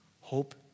hope